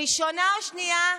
ראשונה או שנייה?